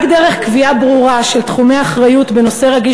רק דרך קביעה ברורה של תחומי אחריות בנושא רגיש